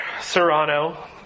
Serrano